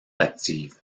actives